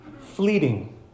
fleeting